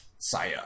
saya